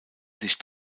sich